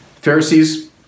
Pharisees